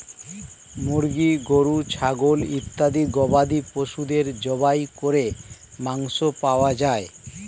মুরগি, গরু, ছাগল ইত্যাদি গবাদি পশুদের জবাই করে মাংস পাওয়া যায়